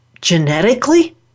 genetically